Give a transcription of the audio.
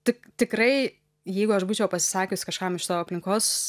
tik tikrai jeigu aš būčiau pasisakius kažkam iš savo aplinkos